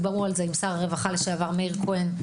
בזמנו דיברו על זה עם שר הרווחה לשעבר מאיר כהן,